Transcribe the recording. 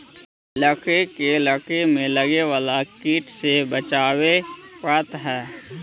लकड़ी के लकड़ी में लगे वाला कीट से बचावे पड़ऽ हइ